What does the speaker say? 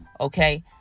Okay